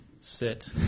sit